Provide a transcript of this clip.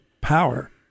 power